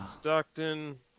Stockton